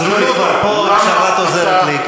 אז אולי כבר פה, עוזרת לי.